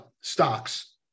stocks